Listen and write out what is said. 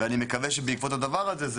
ואני מקווה שבעקבות הדבר הזה,